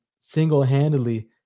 single-handedly